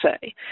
say